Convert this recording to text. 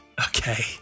Okay